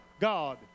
God